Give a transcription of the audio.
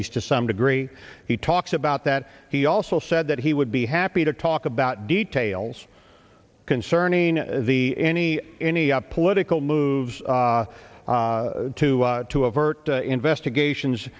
east to some degree he talks about that he also said that he would be happy to talk about details concerning the any any political moves to to avert investigations